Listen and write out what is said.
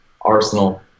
Arsenal